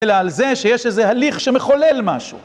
אלא על זה שיש איזה הליך שמחולל משהו.